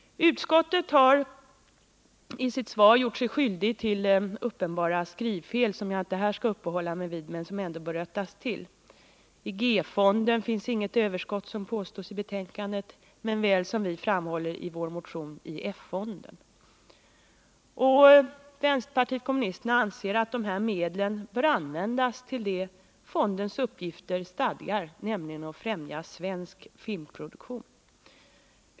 Utskottet har i sitt svar gjort sig skyldigt till uppenbara skrivfel, som jag inte skall uppehålla mig vid här men som ändå bör rättas till. I G-fonden finns detinte något överskott, vilket påstås i betänkandet, däremot i F-fonden som vi framhåller i vår reservation. Vänsterpartiet kommunisterna anser att de här medlen bör användas i överensstämmelse med fondens stadgar, nämligen till främjandet av svensk filmproduktion.